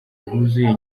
bwuzuye